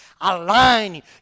align